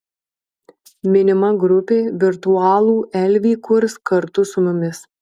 minima grupė virtualų elvį kurs kartu su mumis